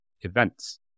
events